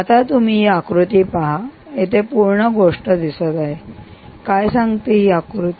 आता तुम्ही ही आकृती पहा इथे पूर्ण गोष्ट दिसत आहे काय सांगते ही आकृती